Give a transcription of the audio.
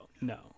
no